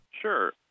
Sure